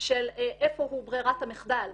של איפה הוא ברירת המחדל,